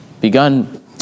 begun